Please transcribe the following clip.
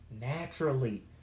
naturally